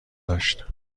داشت